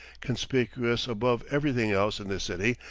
conspicuous above everything else in the city,